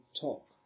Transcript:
talk